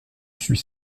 suis